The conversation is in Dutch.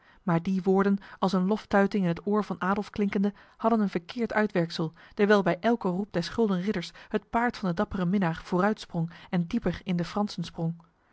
maar die woorden als een loftuiting in het oor van adolf klinkende hadden een verkeerd uitwerksel dewijl bij elke roep des gulden ridders het paard van de dappere minnaar vooruit sprong en dieper in de fransen sprong